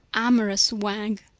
amorous wag,